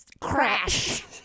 crash